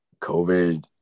COVID